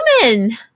human